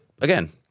again